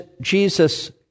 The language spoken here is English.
Jesus